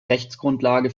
rechtsgrundlage